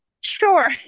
Sure